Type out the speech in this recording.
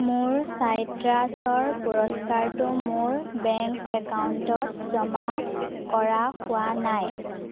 মোৰ চাইট্ৰাছৰ পুৰস্কাৰটো মোৰ বেংক একাউণ্টত জমা কৰা হোৱা নাই